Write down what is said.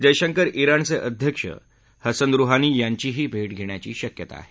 जयशंकर रोणचे अध्यक्ष Hassan Rouhani यांचीही भेट घेण्याची शक्यता आहे